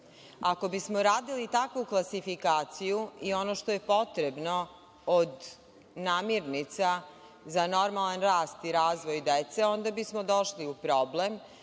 Ako bismo radili takvu klasifikaciju i ono što je potrebno od namernica za normalan rast i razvoj dece onda bismo došli u problem,